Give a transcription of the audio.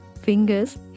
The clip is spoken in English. fingers